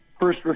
first